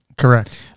Correct